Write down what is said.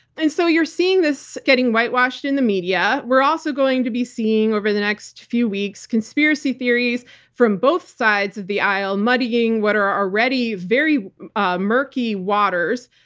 and so you're seeing this getting whitewashed in the media. we're also going to be seeing over the next few weeks, conspiracy theories from both sides of the aisle muddying what are already very ah murky waters.